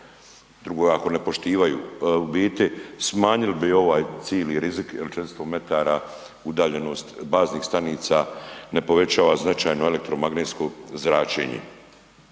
drugo je ako ne poštivaju. U biti smanjili bi ovaj cijeli rizik jer 400 metara udaljenost baznih stanica ne povećava značajno elektromagnetsko zračenje